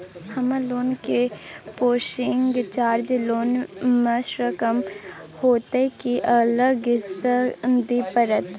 हमर लोन के processing charge loan म स कम होतै की अलग स दिए परतै?